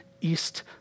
east